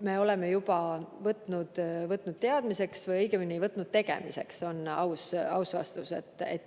me oleme juba võtnud teadmiseks või õigemini võtnud tegemiseks, on aus vastus.